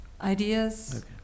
ideas